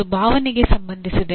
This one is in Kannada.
ಅದು ಭಾವನೆಗೆ ಸಂಬಂಧಿಸಿದೆ